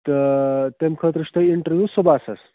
تہٕ تَمہِ خٲطرٕ چھُ تۄہہِ اِنٹروِیو صُبحسَ حظ